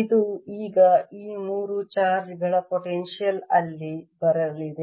ಇದು ಈಗ ಈ ಮೂರು ಚಾರ್ಜ್ ಗಳ ಪೊಟೆನ್ಶಿಯಲ್ ಅಲ್ಲಿ ಬರಲಿದೆ